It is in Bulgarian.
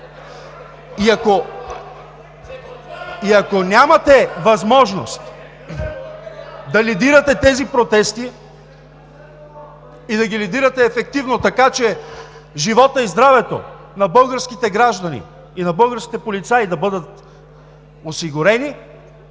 Ако нямате възможност да лидирате тези протести и да ги лидирате ефективно така, че животът и здравето на българските граждани и българските полицаи да бъдат осигурени,